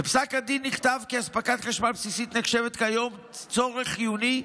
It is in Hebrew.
בפסק הדין נכתב כי אספקת חשמל בסיסית נחשבת כיום צורך חיוני,